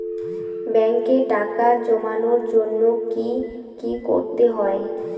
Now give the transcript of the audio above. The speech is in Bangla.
ব্যাংকে টাকা জমানোর জন্য কি কি করতে হয়?